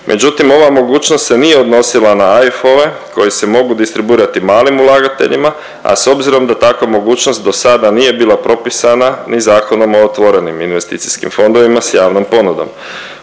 Međutim ova mogućnost se nije odnosila na AIF-ove koji se mogu distribuirati malim ulagateljima, a s obzirom da takva mogućnost dosada nije bila propisana ni Zakonom o otvorenim investicijskim fondovima s javnom ponudom